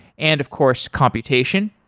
and of course, computation.